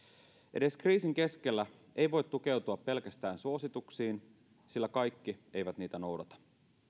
edes kriisin keskellä ei voi tukeutua pelkästään suosituksiin sillä kaikki eivät niitä noudata